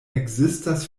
ekzistas